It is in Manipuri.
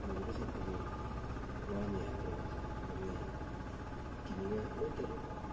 ꯄꯨꯔꯒ ꯆꯠꯄꯗꯨ ꯋꯥꯅꯤ ꯍꯥꯏꯕꯗꯣ ꯍꯧꯖꯤꯛ ꯋꯥꯅꯤꯡꯉꯥꯏ ꯀꯤꯅꯤꯡꯉꯥꯏ ꯑꯃꯇ